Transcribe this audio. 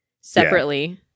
separately